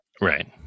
right